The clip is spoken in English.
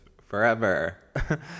forever